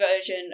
version